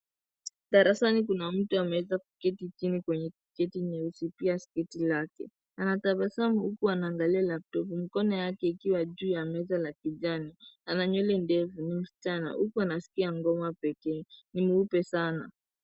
Darasani kuna mtu ameweza kuketi chini kwenye sketi nyeusi pia sketi lake. Anatabasamu huku anaangalia laptop . Mkono wake ukiwa juu ya meza ya kijani. Ana nywele ndefu. Ni msichana huku anaskia ngoma pekee. Ni mweupe sana.